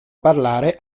parlare